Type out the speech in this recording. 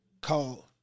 called